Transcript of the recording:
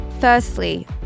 Firstly